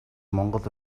монгол